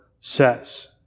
says